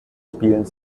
spielen